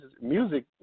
music